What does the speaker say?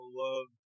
love